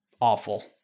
awful